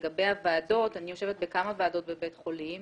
לגבי הוועדות, אני יושבת בכמה ועדות בבית חולים